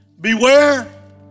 Beware